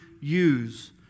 use